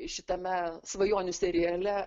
šitame svajonių seriale